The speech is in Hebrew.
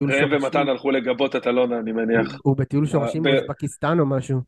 ומתן הלכו לגבות את אלונה אני מניח, הוא בטיול שורשים בפקיסטן או משהו.